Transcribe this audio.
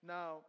Now